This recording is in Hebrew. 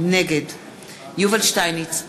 נגד יובל שטייניץ,